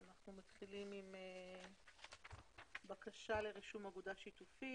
אנחנו מתחילים עם סעיף 1. בקשה לרישום אגודה שיתופית.